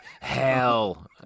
Hell